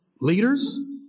leaders